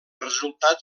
resultat